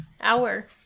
Hour